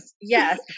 Yes